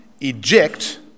eject